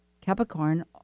Capricorn